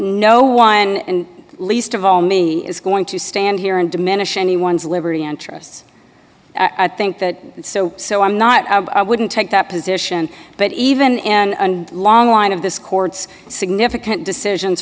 one least of all me is going to stand here and diminish anyone's liberty interests i think that so so i'm not i wouldn't take that position but even in long line of this court's significant decisions